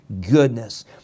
goodness